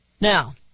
Now